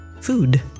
food